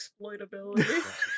exploitability